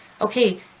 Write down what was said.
okay